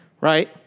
right